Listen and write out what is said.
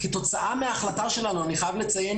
כתוצאה מההחלטה שלנו, אני חייב לציין